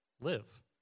live